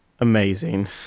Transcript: Amazing